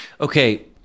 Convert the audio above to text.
Okay